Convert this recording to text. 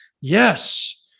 Yes